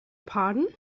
pardon